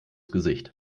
gesicht